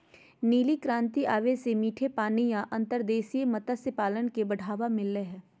नीली क्रांति आवे से मीठे पानी या अंतर्देशीय मत्स्य पालन के बढ़ावा मिल लय हय